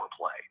play